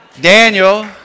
Daniel